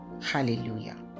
Hallelujah